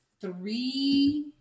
three